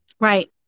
Right